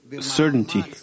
certainty